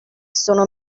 sono